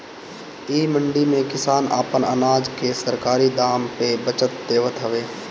इ मंडी में किसान आपन अनाज के सरकारी दाम पे बचत देवत हवे